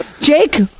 Jake